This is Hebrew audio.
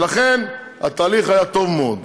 ולכן התהליך היה טוב מאוד.